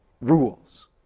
rules